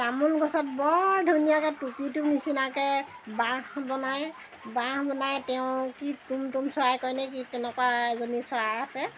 তামোল গছত বৰ ধুনীয়াকৈ টুপিটো নিচিনাকৈ বাঁহ বনায় বাঁহ বনাই তেওঁ কি তুমতুম চৰাই কয়নে কি কেনেকুৱা এজনী চৰাই আছে